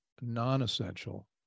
non-essential